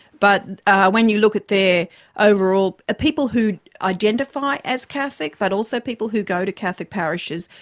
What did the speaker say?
but when you look at their overall, at people who'd identify as catholic but also people who go to catholic parishes,